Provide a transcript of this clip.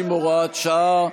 50, הוראת שעה)